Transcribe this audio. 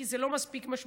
כי זה לא מספיק משמעותי.